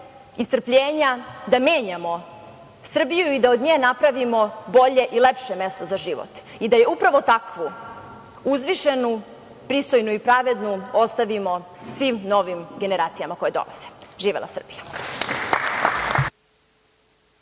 i strpljenja da menjamo Srbiju i da od nje napravimo bolje i lepše mesto za život i da je upravo takvu uzvišenu, pristojnu i pravednu ostavimo svim novim generacijama koje dolaze. Živela Srbija!